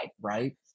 Right